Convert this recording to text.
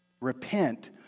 Repent